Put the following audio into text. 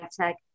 tech